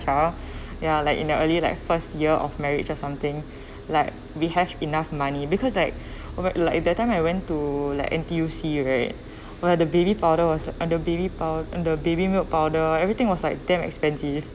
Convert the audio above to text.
child ya like in an early like first year of marriage or something like we have enough money because like when that time I went to like N_T_U_C right !wah! the baby powder was and the baby pow~ and the baby milk powder everything was like damn expensive